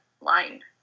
line